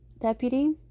deputy